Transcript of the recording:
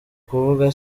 kuvuga